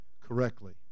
correctly